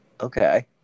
Okay